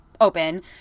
open